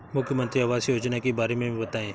मुख्यमंत्री आवास योजना के बारे में बताए?